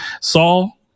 Saul